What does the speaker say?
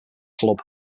club